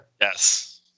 Yes